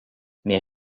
mais